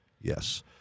Yes